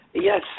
Yes